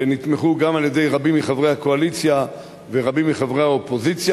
שנתמכו גם על-ידי רבים מחברי הקואליציה ורבים מחברי האופוזיציה,